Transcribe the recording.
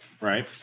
right